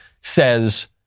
says